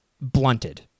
blunted